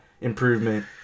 improvement